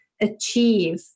achieve